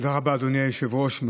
תודה רבה, אדוני היושב-ראש.